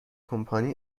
کمپانی